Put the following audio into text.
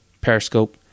Periscope